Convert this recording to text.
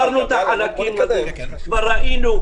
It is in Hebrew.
אבל הנוהל הזה נמצא כבר לפחות חודשיים,